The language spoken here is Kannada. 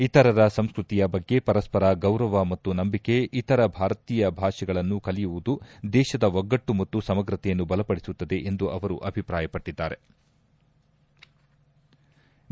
ಇತರರ ಸಂಸ್ಕೃತಿಯ ಬಗ್ಗೆ ಪರಸ್ಪರ ಗೌರವ ಮತ್ತು ನಂಬಿಕೆ ಇತರ ಭಾರತೀಯ ಭಾಷೆಗಳನ್ನು ಕಲಿಯುವುದು ದೇತದ ಒಗ್ಗಟ್ಟು ಮತ್ತು ಸಮಗ್ರತೆಯನ್ನು ಬಲಪಡಿಸುತ್ತದೆ ಎಂದು ಅವರು ಅಭಿಪ್ರಾಯಪಟ್ಟದ್ದಾರೆ